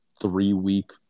three-week